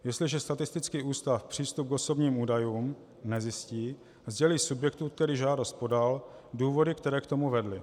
Jestliže statistický ústav přístup k osobním údajům nezjistí, sdělí subjektu, který žádost podal, důvody, které k tomu vedly.